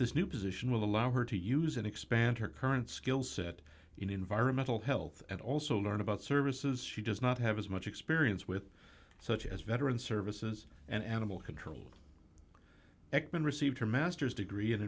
this new position will allow her to use and expand her current skill set in environmental health and also learn about services she does not have as much experience with such as veteran services and animal control ekman received her master's degree